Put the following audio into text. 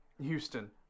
Houston